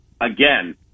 again